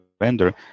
vendor